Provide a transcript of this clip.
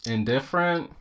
Indifferent